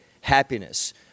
happiness